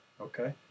Okay